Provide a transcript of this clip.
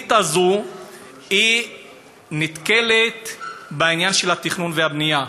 התוכנית הזאת נתקלת בעניין של התכנון והבנייה,